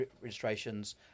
registrations